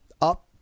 up